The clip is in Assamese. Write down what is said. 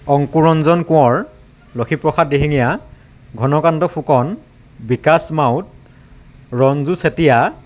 অংকুৰঞ্জন কোঁৱৰ লক্ষীপ্ৰসাদ দিহিঙীয়া ঘনকান্ত ফুকন বিকাশ মাউত ৰঞ্জু চেতিয়া